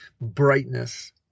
brightness